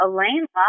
Elaine